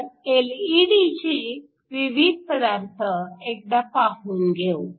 तर एलईडीच्या विविध पदार्थ एकदा पाहून घेऊ